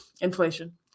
inflation